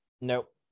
Nope